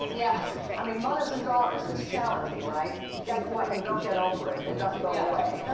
yeah i mean, mothers and daughters, it's challenging, right? guess what, you don't get over it, it doesn't go yeah away.